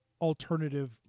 alternative